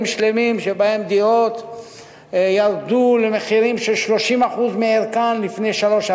שלמים שבהם דירות ירדו למחירים של 30% מערכן לפני שלוש,